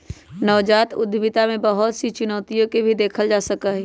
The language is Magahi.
नवजात उद्यमिता में बहुत सी चुनौतियन के भी देखा जा सका हई